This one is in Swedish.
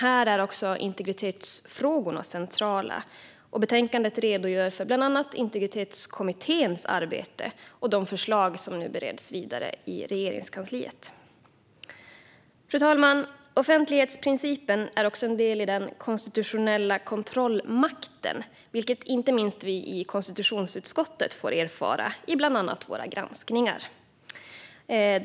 Här är också integritetsfrågorna centrala, och i betänkandet redogörs för bland annat Integritetskommitténs arbete och de förslag som nu bereds vidare i Regeringskansliet. Fru talman! Offentlighetsprincipen är även en del i den konstitutionella kontrollmakten, vilket inte minst vi i konstitutionsutskottet får erfara i bland annat våra granskningar.